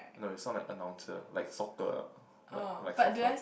no you sound like announcer like soccer ah like like soccer